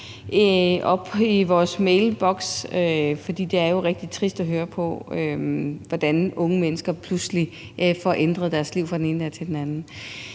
i vores mailboks. For det er jo rigtig trist at høre, hvordan unge mennesker pludselig får ændret deres liv fra den ene dag til den anden.